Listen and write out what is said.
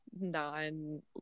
non